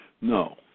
No